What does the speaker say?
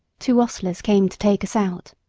two hostlers came to take us out.